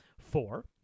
four